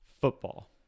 football